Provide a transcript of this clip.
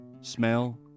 smell